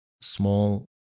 small